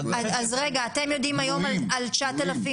אז רגע, אתם יודעים היום על 9,000?